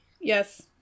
Yes